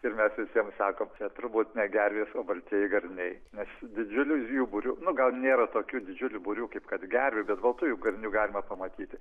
ir mes visiem sako čia turbūt ne gervės o baltieji garniai nes didžiulių jų būrių nu gal nėra tokių didžiulių būrių kaip kad gervių bet baltųjų garnių galima pamatyti